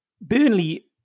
Burnley